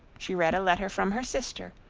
she read a letter from her sister,